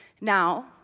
Now